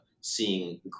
seeing